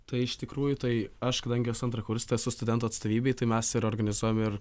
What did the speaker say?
tai iš tikrųjų tai aš kadangi esu antrakursis tai esu studentų atstovybėj tai mes ir organizuojam ir